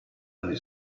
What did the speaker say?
anni